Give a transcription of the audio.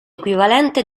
equivalente